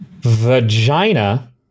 vagina